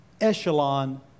echelon